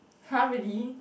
!huh! really